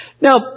Now